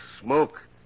smoke